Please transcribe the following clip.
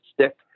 stick